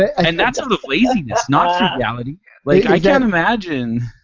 and that's out of laziness, not frugality. like i can't imagine,